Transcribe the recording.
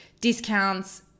discounts